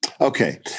Okay